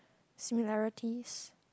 similarities